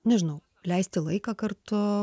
nežinau leisti laiką kartu